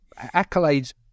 accolades